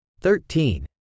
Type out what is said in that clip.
thirteen